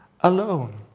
alone